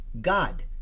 God